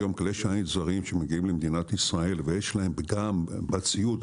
אלה היום כלי שיט זרים שמגיעים למדינת ישראל ויש להם פגם בציוד.